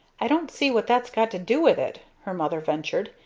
i don't see what that's got to do with it, her mother ventured.